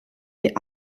die